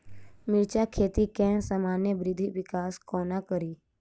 मिर्चा खेती केँ सामान्य वृद्धि विकास कोना करि?